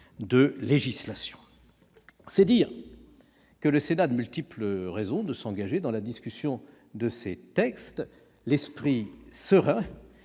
de législation. C'est dire que le Sénat a de multiples raisons de s'engager dans la discussion de ces textes l'esprit serein